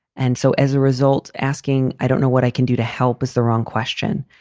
and so as a result, asking, i don't know what i can do to help is the wrong question.